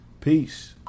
Peace